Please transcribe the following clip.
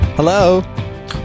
Hello